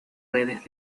redes